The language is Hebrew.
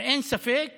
ואין ספק